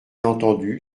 entendu